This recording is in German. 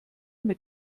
mit